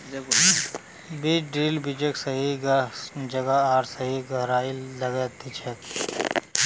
बीज ड्रिल बीजक सही जगह आर सही गहराईत लगैं दिछेक